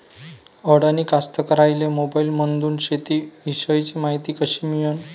अडानी कास्तकाराइले मोबाईलमंदून शेती इषयीची मायती कशी मिळन?